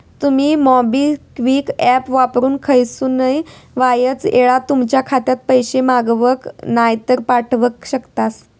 तुमी MobiKwik app वापरून खयसूनय वायच येळात तुमच्या खात्यात पैशे मागवक नायतर पाठवक शकतास